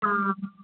ꯑꯥ